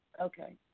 Okay